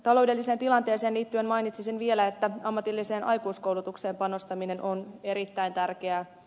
taloudelliseen tilanteeseen liittyen mainitsisin vielä että ammatilliseen aikuiskoulutukseen panostaminen on erittäin tärkeää